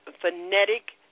phonetic